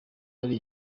ari